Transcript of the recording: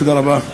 תודה רבה,